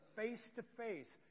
face-to-face